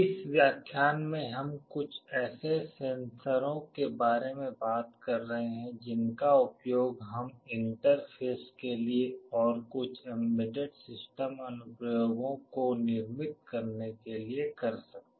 इस व्याख्यान में हम कुछ ऐसे सेंसरों के बारे में बात कर रहे हैं जिनका उपयोग हम इंटरफेस के लिए और कुछ एम्बेडेड सिस्टम अनुप्रयोगों को निर्मित करने के लिए कर सकते हैं